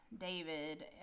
David